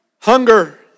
Hunger